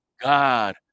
God